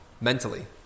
mentally